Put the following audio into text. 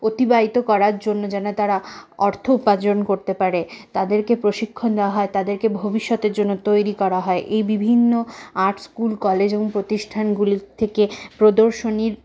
অতিবাহিত করার জন্য যেন তারা অর্থ উপার্জন করতে পারে তাদেরকে প্রশিক্ষণ দেওয়া হয় তাদেরকে ভবিষ্যতের জন্য তৈরি করা হয় এই বিভিন্ন আর্ট স্কুল কলেজ এবং প্রতিষ্ঠানগুলির থেকে প্রদর্শনীর